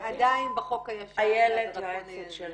עדיין בחוק הישן והדרקוני הזה.